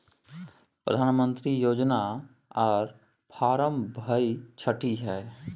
प्रधानमंत्री योजना आर फारम भाई छठी है?